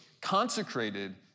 consecrated